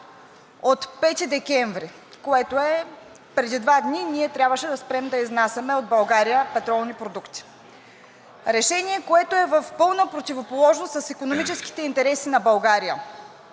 от 5 декември, което е преди два дни – ние трябваше да спрем да изнасяме от България петролни продукти. Решение, което е в пълна противоположност с икономическите интереси на България.